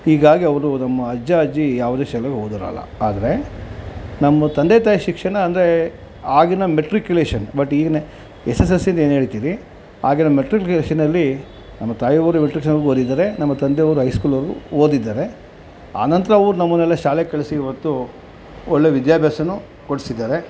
ಹೀಗಾಗಿ ಅವರು ನಮ್ಮ ಅಜ್ಜ ಅಜ್ಜಿ ಯಾವುದೇ ಶಾಲೆಗೆ ಹೋದೋವ್ರಲ್ಲ ಆದರೆ ನಮ್ಮ ತಂದೆ ತಾಯಿ ಶಿಕ್ಷಣ ಅಂದರೆ ಆಗಿನ ಮೆಟ್ರಿಕ್ಯುಲೇಷನ್ ಬಟ್ ಈಗಿನ ಎಸ್ ಎಸ್ ಎಲ್ ಸಿ ಅಂತ ಏನು ಹೇಳ್ತೀವಿ ಆಗಿನ ಮೆಟ್ರಿಕ್ಯುಲೇಷನಲ್ಲಿ ನಮ್ಮ ತಾಯಿಯವ್ರು ಮೆಟ್ರಿಕ್ಯುಲೇಷನ್ ಓದಿದ್ದಾರೆ ನಮ್ಮ ತಂದೆಯವ್ರು ಹೈಸ್ಕೂಲ್ವರ್ಗೂ ಓದಿದ್ದಾರೆ ಆನಂತರ ಅವ್ರು ನಮ್ಮನ್ನೆಲ್ಲ ಶಾಲೆಗೆ ಕಳಿಸಿ ಇವತ್ತು ಒಳ್ಳೆಯ ವಿದ್ಯಾಭ್ಯಾಸನೂ ಕೊಡ್ಸಿದ್ದಾರೆ